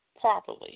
properly